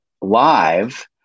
live